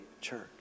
church